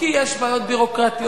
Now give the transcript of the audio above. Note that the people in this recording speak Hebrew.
כי יש בעיות ביורוקרטיות,